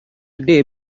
day